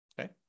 Okay